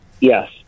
Yes